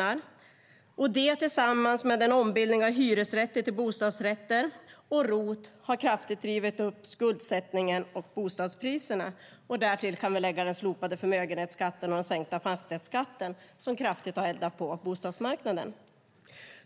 Detta har tillsammans med ombildningen av hyresrätter till bostadsrätter och ROT drivit upp skuldsättningen och bostadspriserna. Därtill kan vi lägga den slopade förmögenhetsskatten och den sänkta fastighetsskatten, som kraftigt har eldat på bostadsmarknaden.